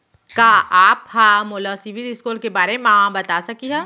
का आप हा मोला सिविल स्कोर के बारे मा बता सकिहा?